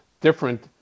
different